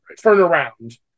turnaround